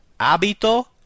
Abito